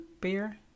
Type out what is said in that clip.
beer